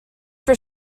for